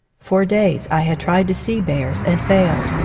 for days i had tried to see bears and failed,